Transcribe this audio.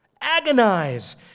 Agonize